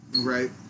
right